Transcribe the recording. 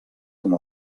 com